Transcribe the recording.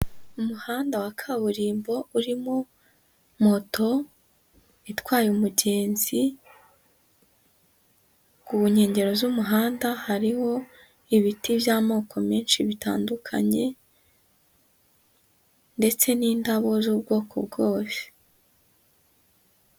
Umuhanda wa kaburimbo urimo, moto itwaye umugenzi, ku nkengero z'umuhanda hariho ibiti by'amoko menshi bitandukanye, ndetse n'indabo z'ubwoko bwose.